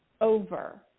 over